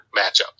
matchup